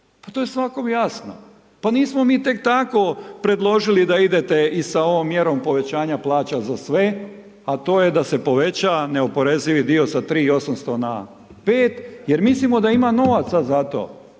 Pa to je svakom jasno, pa nismo mi tek tako predložili da idete i sa ovom mjerom povećanja plaća za sve a to je da se poveća neoporezivi dio s 3800 na 5 jer mislimo da ima novaca za to.